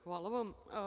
Hvala vam.